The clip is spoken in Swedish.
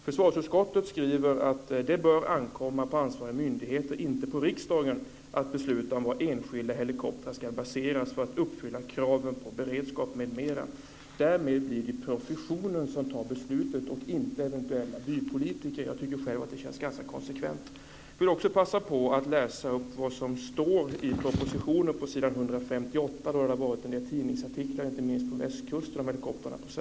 Försvarsutskottet skriver: Det bör ankomma på ansvarig myndighet och inte på riksdagen att besluta om var enskilda helikoptrar ska baseras för att uppfylla kraven på beredskap m.m. Därmed blir det professionen som fattar beslutet, och inte eventuella bypolitiker. Jag tycker själv att det känns ganska konsekvent. Jag vill också passa på att läsa upp vad som står i propositionen på s. 158. Det har förekommit en del tidningsartiklar, inte minst på västkusten, om helikoptrarna på Säve.